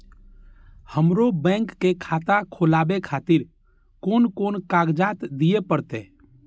हमरो बैंक के खाता खोलाबे खातिर कोन कोन कागजात दीये परतें?